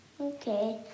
Okay